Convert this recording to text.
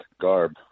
garb